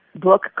book